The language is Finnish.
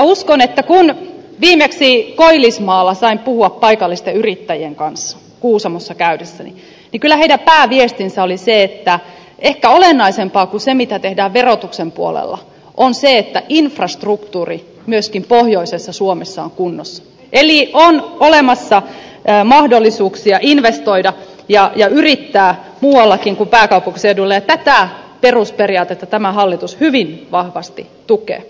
uskon että kun viimeksi koillismaalla sain puhua paikallisten yrittäjien kanssa kuusamossa käydessäni kyllä heidän pääviestinsä oli että ehkä olennaisempaa kuin se mitä tehdään verotuksen puolella on se että infrastruktuuri myöskin pohjoisessa suomessa on kunnossa eli on olemassa mahdollisuuksia investoida ja yrittää muuallakin kuin pääkaupunkiseudulla ja tätä perusperiaatetta tämä hallitus hyvin vahvasti tukee